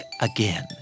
again